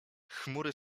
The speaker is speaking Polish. chmury